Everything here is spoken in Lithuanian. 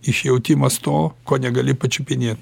išjautimas to ko negali pačiupinėt